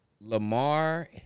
Lamar